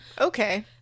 Okay